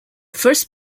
first